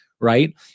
right